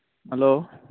hello